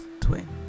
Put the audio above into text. twin